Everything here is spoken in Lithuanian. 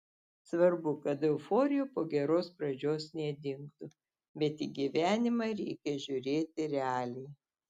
svarbu kad euforija po geros pradžios nedingtų bet į gyvenimą reikia žiūrėti realiai